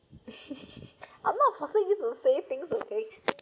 I'm not forcing you to say things okay